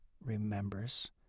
remembers